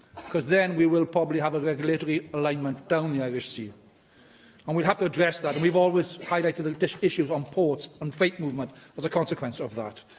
because then we will probably have a regulatory alignment down the irish sea and we'll have to address that. we've always highlighted the issues on ports and freight movement as a consequence of that.